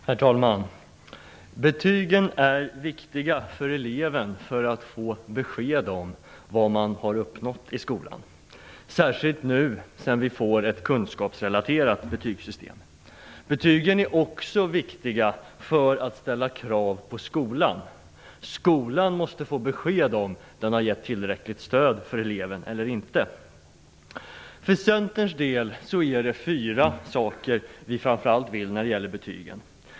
Herr talman! Betygen är viktiga för eleven för att få besked om vad man har uppnått i skolan. Det gäller särskilt nu när vi fått ett kunskapsrelaterat betygssystem. Betygen är också viktiga för att ställa krav på skolan. Skolan måste få besked om den har gett tillräckligt stöd till eleven eller inte. För Centerns del är det fyra saker vi framför allt vill när det gäller betygen.